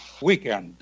weekend